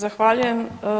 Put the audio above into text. Zahvaljujem.